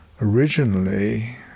originally